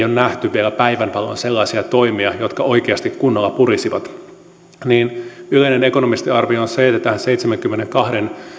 ole tuotu vielä päivänvaloon sellaisia toimia jotka oikeasti kunnolla purisivat yleinen ekonomistiarvio on se että tähän seitsemänkymmenenkahden